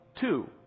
two